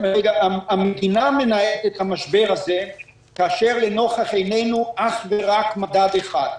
המדינה מנהלת את המשבר הזה כאשר לנוכח עינינו אך ורק מדד אחד,